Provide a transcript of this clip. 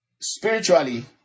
Spiritually